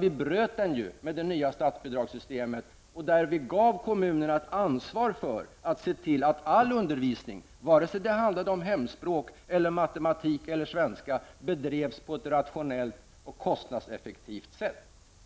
Vi bröt den med det nya statsbidragssystemet, där vi gav kommunerna ett ansvar för att se till att all undervisning, vare sig det handlade om hemspråk, matematik eller svenska, bedrevs på ett rationellt och kostnadseffektivt sätt.